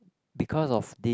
because of this